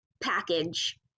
package